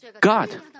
God